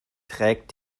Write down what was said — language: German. trägt